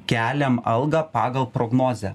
keliam algą pagal prognozę